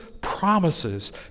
promises